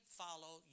follow